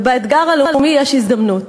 ובאתגר הלאומי יש הזדמנות.